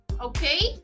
Okay